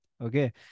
Okay